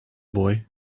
boy